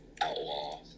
outlaw